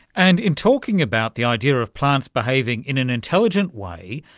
and in talking about the idea of plants behaving in an intelligent way,